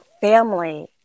family